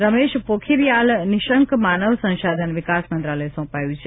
રમેશ પોખરિપાલ નિશંક માનવ સંશાધન વિકાસ મંત્રાલય સોંપાયુ છે